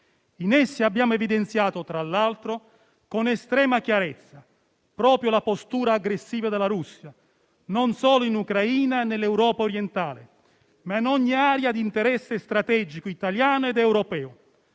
In esse abbiamo evidenziato, tra l'altro, con estrema chiarezza proprio la postura aggressiva della Russia, non solo in Ucraina e nell'Europa orientale, ma in ogni area di interesse strategico italiano ed europeo: